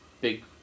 big